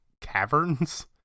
caverns